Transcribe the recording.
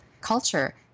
culture